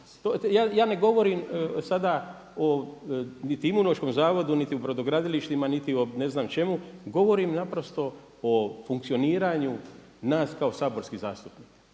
Ja ne govorim sada niti o Imunološkom zavodu, niti o brodogradilištima, niti o ne znam čemu. Govorim naprosto o funkcioniranju nas kao saborskih zastupnika.